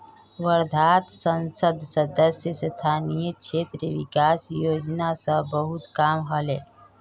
वर्धात संसद सदस्य स्थानीय क्षेत्र विकास योजना स बहुत काम ह ले